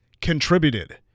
contributed